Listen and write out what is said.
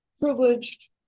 privileged